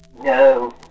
No